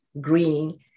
green